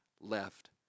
Left